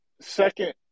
second